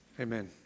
Amen